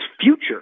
future